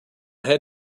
had